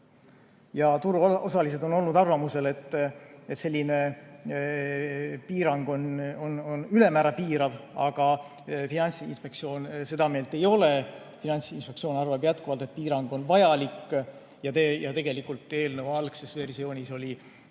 Turuosalised on olnud arvamusel, et selline piirang on ülemäära piirav, aga Finantsinspektsioon seda meelt ei ole. Finantsinspektsioon arvab jätkuvalt, et piirang on vajalik. Ja tegelikult eelnõu algses versioonis oli seal